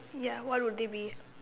ya what would they be